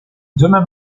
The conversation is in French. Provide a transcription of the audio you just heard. demain